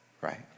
right